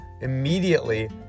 immediately